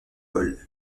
volent